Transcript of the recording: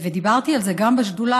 ודיברתי על זה גם בשדולה,